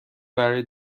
برای